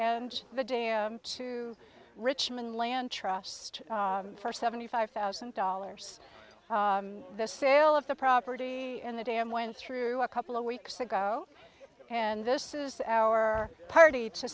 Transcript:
and the day to richmond land trust for seventy five thousand dollars the sale of the property and the dam went through a couple of weeks ago and this is our party to